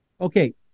Okay